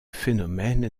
phénomène